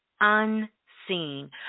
Unseen